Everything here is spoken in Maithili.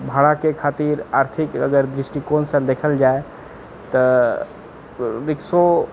भाड़ाके खातिर आर्थिक अगर दृष्टिकोणसँ अगर देखल जाय तऽ रिक्शो